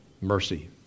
mercy